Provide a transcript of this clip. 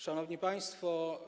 Szanowni Państwo!